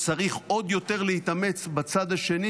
צריך עוד יותר להתאמץ בצד השני,